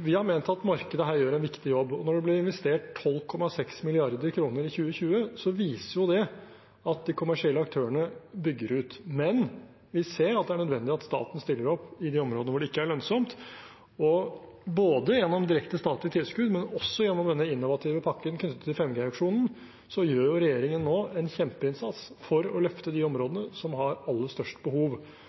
vi har ment at markedet her gjør en viktig jobb. Når det ble investert 12,6 mrd. kr i 2020, viser det at de kommersielle aktørene bygger ut. Men vi ser at det er nødvendig at staten stiller opp i de områdene hvor det ikke er lønnsomt. Gjennom direkte statlig tilskudd, men også gjennom denne innovative pakken knyttet til 5G-auksjonen gjør regjeringen nå en kjempeinnsats for å løfte de områdene som har aller størst behov,